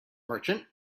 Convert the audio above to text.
merchant